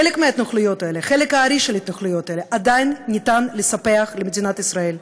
את חלק הארי של ההתנחלויות האלה עדיין אפשר לספח למדינת ישראל,